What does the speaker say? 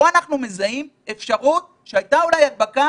פה אנחנו מזהים אפשרות שהייתה אולי הדבקה